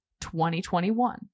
2021